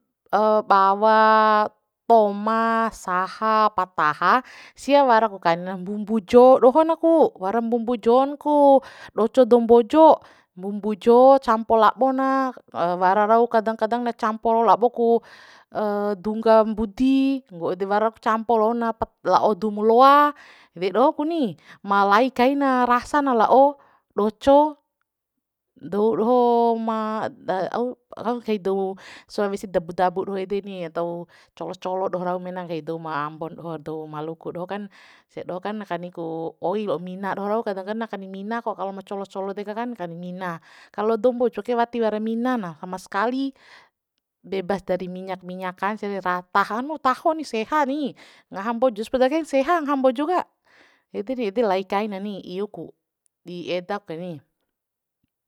bawa toma saha pataha sia wara ku kani na mbumbu jo dohona ku wara mbumbu jon ku doco doum mbojo mbumbu jo campo lab'o na wara rau kadang kadang na campo labo ku dungga mbudi nggo ede warak campo lo na la'o dumu loa ede doho ku ni malai kaina rasa na la'o doco dou doho ma au kai dou sulawesi dabo dabo doho ede ni atau colos colo doho rau mena nggahi dou mambon doho dou maluku doho kan sia doho kan kani ku oi la'o mina doho rau kadangkan na kani mina ko kalo ma colos colo deka kan kani mina kalo dou mbojo ke wati wara mina na samas kali bebas dari minyak minya kan sia re ra tahan taho ni seha ni ngaha mbojo spoda kain seha ngaha mbojo ka ede ni ede lai kaina ni iu ku di edake ni